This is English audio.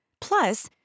Plus